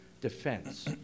defense